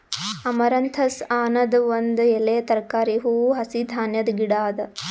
amaranthus ಅನದ್ ಒಂದ್ ಎಲೆಯ ತರಕಾರಿ, ಹೂವು, ಹಸಿ ಧಾನ್ಯದ ಗಿಡ ಅದಾ